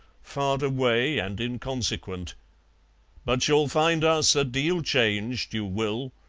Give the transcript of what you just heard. far away and inconsequent but you'll find us a deal changed, you will.